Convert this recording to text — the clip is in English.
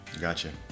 Gotcha